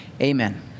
Amen